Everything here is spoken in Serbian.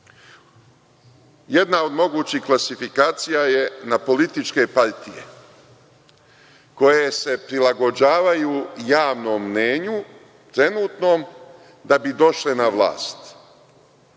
Jedna od mogućih klasifikacija je na političke partije koje se prilagođavaju javnom mnenju trenutnom da bi došle na vlast